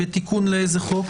בתיקון לאיזה חוק?